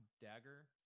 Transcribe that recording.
dagger